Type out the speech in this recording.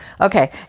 okay